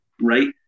right